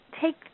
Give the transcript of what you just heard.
take